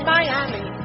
Miami